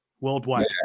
worldwide